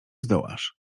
zdołasz